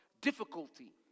difficulty